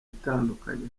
itandukanye